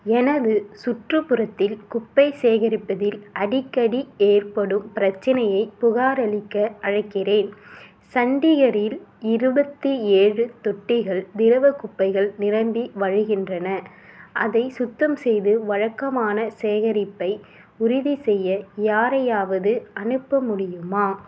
எனது சுற்றுப்புறத்தில் குப்பை சேகரிப்பதில் அடிக்கடி ஏற்படும் பிரச்சனையை புகாரளிக்க அழைக்கிறேன் சண்டிகரில் இருபத்தி ஏழு தொட்டிகள் திரவ குப்பைகள் நிரம்பி வழிகின்றன அதை சுத்தம் செய்து வழக்கமான சேகரிப்பை உறுதிசெய்ய யாரையாவது அனுப்ப முடியுமா